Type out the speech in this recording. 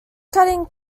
cutting